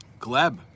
Gleb